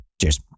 Cheers